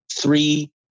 three